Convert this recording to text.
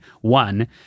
one